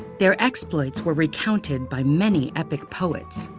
their exploits were recounted by many epic poets.